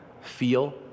feel